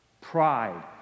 Pride